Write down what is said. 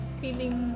feeling